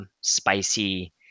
spicy